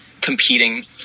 competing